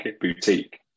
boutique